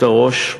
גברתי היושבת-ראש,